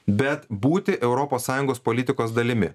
bet būti europos sąjungos politikos dalimi